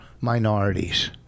minorities